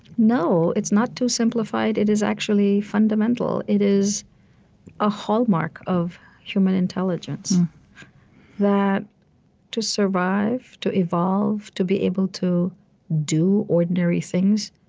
no. it's not too simplified. it is actually fundamental. it is a hallmark of human intelligence that to survive, survive, to evolve, to be able to do ordinary things,